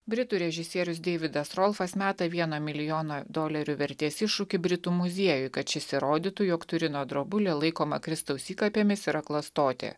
britų režisierius deividas rolfas meta vieno milijono dolerių vertės iššūkį britų muziejui kad šis įrodytų jog turino drobulė laikoma kristaus įkapėmis yra klastotė